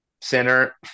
center